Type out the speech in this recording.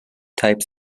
types